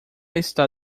está